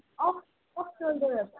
of अफ् सोल्डरहरू